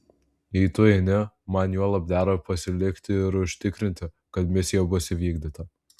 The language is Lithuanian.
jei tu eini man juolab dera pasilikti ir užtikrinti kad misija bus įvykdyta